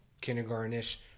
kindergarten-ish